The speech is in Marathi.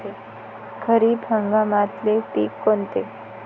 खरीप हंगामातले पिकं कोनते?